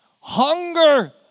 Hunger